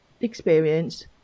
experience